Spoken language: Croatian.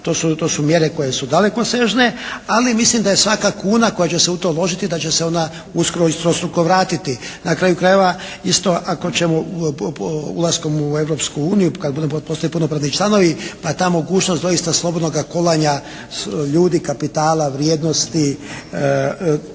to su mjere koje su dalekosežne. Ali mislim da je svaka kuna koja će se u to uložiti, da će se ona uskoro i stostruko vratiti. Na kraju krajeva isto ako ćemo ulaskom u Europsku uniju, kad budemo postali punopravni članovi, pa ta mogućnost doista slobodnoga kolanja ljudi, kapitala, vrijednosti,